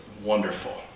wonderful